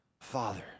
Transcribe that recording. Father